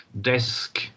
desk